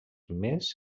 més